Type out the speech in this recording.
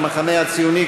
קבוצת המחנה הציוני,